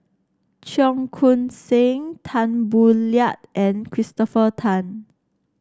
Cheong Koon Seng Tan Boo Liat and Christopher Tan